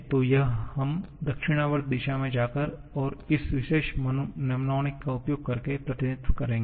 तो यह हम दक्षिणावर्त दिशा में जाकर और इस विशेष मनमोनिक का उपयोग करके प्रतिनिधित्व करेंगे